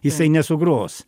jisai nesugros